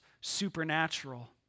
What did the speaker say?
supernatural